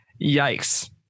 Yikes